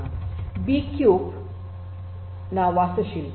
ಇದು ಬಿಕ್ಯೂಬ್ ನ ವಾಸ್ತುಶಿಲ್ಪ